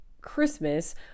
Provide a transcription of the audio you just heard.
Christmas